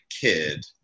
kid